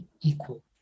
equal